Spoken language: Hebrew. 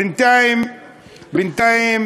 בינתיים